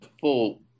full